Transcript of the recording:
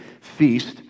feast